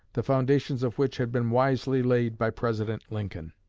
the foundations of which had been wisely laid by president lincoln.